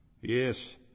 Yes